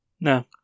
No